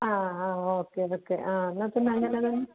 ആ ആ okay okay ആ എന്നാൽ പിന്നെ അങ്ങനെ തന്നെ